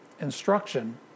instruction